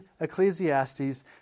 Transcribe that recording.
Ecclesiastes